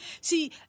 See